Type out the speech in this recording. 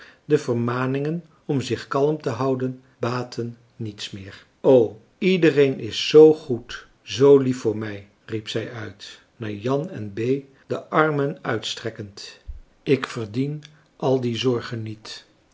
de vermaningen om zich kalm te houden baatten niets meer o iedereen is zoo goed zoo lief voor mij riep zij uit naar jan en bee de armen uitstrekkend ik verdien al die zorgen niet